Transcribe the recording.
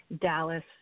Dallas